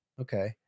Okay